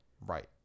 Right